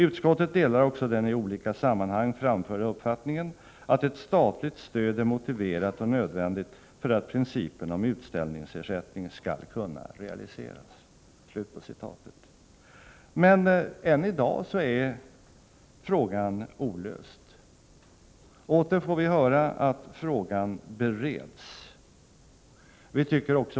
Utskottet delar också den i olika sammanhang framförda uppfattningen att ett statligt stöd är motiverat och nödvändigt för att principen om utställningsersättning skall kunna realiseras.” Men än i dag är frågan olöst. Åter får vi höra att frågan bereds.